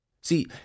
See